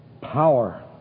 power